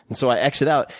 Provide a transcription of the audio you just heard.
and so i exit out.